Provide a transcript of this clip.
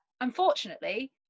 unfortunately